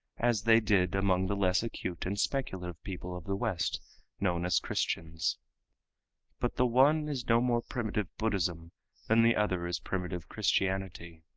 as they did among the less acute and speculative peoples of the west known as christians but the one is no more primitive buddhism than the other is primitive christianity.